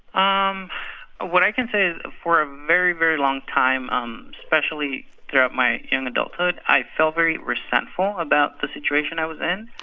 um what i can say is for a very, very long time um especially throughout my young adulthood i felt very resentful about the situation i was in.